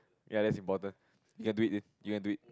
ya that's important you can do it you can do it